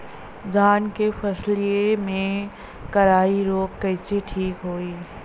धान क फसलिया मे करईया रोग कईसे ठीक होई?